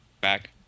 back